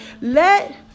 Let